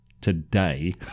today